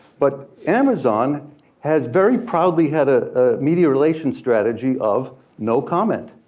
but amazon has very probably had a media relation strategies of no comment.